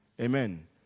Amen